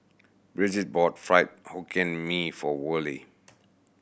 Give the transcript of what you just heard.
Brigid bought Fried Hokkien Mee for Worley